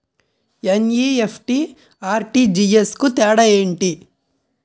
NEFT, RTGS కు తేడా ఏంటి?